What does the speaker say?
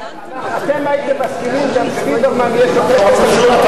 אתם הייתם מסכימים גם שליברמן יהיה שופט בית-המשפט העליון.